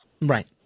Right